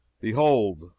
Behold